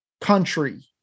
country